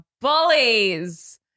bullies